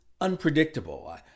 unpredictable